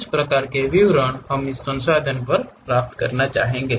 इस प्रकार के विवरण हम इस संसाधन पर प्राप्त करना चाहेंगे